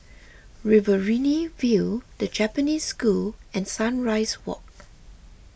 Riverina View the Japanese School and Sunrise Walk